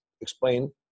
Explain